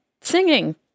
Singing